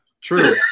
true